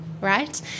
right